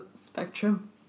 Spectrum